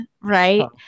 Right